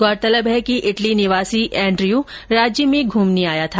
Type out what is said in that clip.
गौरतलब है कि इटली निवासी एंड्रयू राज्य में घूमने आया था